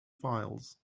files